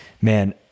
man